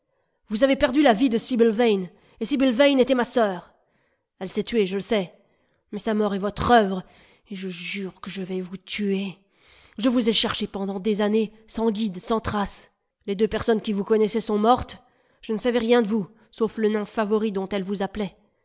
vous avez perdu la vie de sibyl vane et sibyl vane était ma sœur elle s'est tuée je le sais mais sa mort est votre œuvre et je jure que je vais vous tuer je vous ai cherché pendant des années sans guide sans trace les deux personnes qui vous connaissaient sont mortes je ne savais rien de vous sauf le nom favori dont elle vous appelait